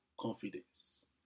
confidence